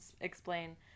explain